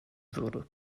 würde